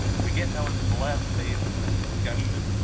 we get now into the last phase of this discussion,